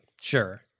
sure